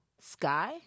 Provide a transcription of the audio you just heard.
sky